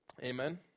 Amen